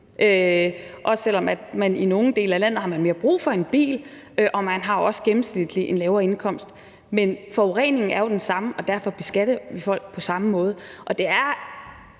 også selv om man i nogle dele af landet har mere brug for en bil, og man har også gennemsnitligt en lavere indkomst, men forureningen er jo den samme, og derfor beskatter vi folk på samme måde. Jeg er